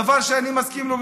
דבר שאני מסכים לו,